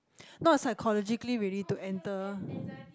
not psychologically ready to enter